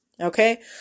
Okay